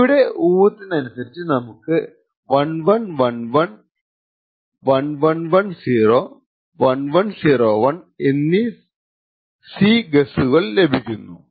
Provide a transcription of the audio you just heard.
കീയുടെ ഊഹത്തിനനുസരിച്ചു നമുക്ക് 1111 1110 1101 എന്നീ C ഗെസ്സുകൾ ലഭിക്കുന്നു